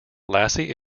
lassie